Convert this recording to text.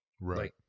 Right